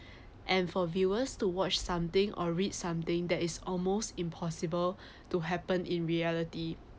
and for viewers to watch something or read something that is almost impossible to happen in reality